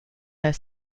their